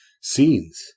scenes